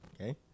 Okay